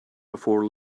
before